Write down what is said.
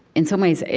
in some ways,